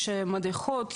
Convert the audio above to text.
יש מדריכות,